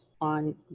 on